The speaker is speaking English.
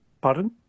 Pardon